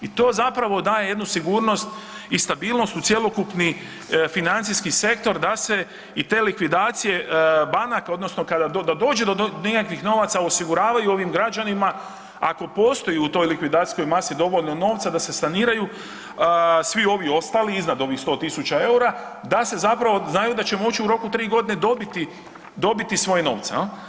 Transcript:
I to zapravo daje jednu sigurnost i stabilnost u cjelokupni financijski sektor da se i te likvidacije banaka odnosno kada dođe, da nekakvih novaca osiguravaju ovim građanima ako postoji u toj likvidacijskoj masi dovoljno novca da se saniraju svi ovi ostali iznad ovih 100.000 EUR-a da se zapravo znaju da će moći u roku 3 godine dobiti, dobiti svoje novce jel.